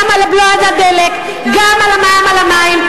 גם על הבלו והדלק, גם על המע"מ על המים.